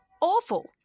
Awful